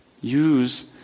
Use